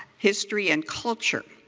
history and culture?